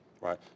Right